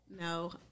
No